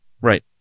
Right